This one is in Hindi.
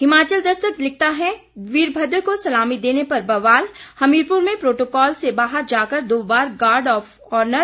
हिमाचल दस्तक लिखता है वीरभद्र को सलामी देने पर बवाल हमीरपुर में प्रोटोकाल से बाहर जाकर दो बार गार्ड ऑफ ऑनर